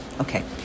Okay